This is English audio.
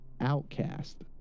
outcast